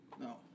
No